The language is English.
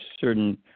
certain